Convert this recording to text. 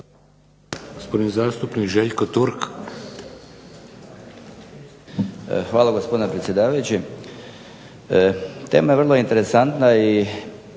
Hvala gospodine predsjedavajući. Tema je vrlo interesantno i